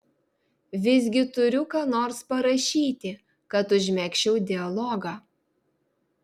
visgi turiu ką nors parašyti kad užmegzčiau dialogą